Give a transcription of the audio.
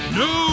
no